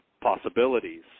possibilities